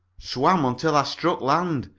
swam until i struck land.